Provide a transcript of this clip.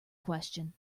question